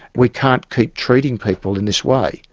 we can't keep treating people in this way.